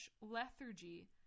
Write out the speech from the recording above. lethargy